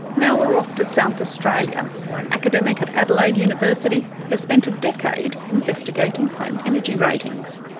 now we're off to south australia, where an academic at adelaide university has spent a decade investigating home energy ratings.